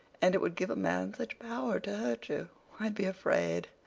and it would give a man such power to hurt you. i'd be afraid.